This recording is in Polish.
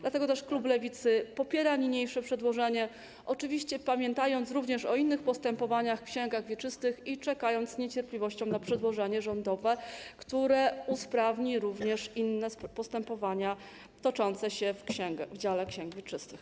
Dlatego też klub Lewicy popiera niniejsze przedłożenie, oczywiście pamiętając także o innych postępowaniach w księgach wieczystych i czekając z niecierpliwością na przedłożenie rządowe, które usprawni również inne postępowania toczące się w dziale ksiąg wieczystych.